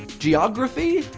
geography?